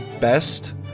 best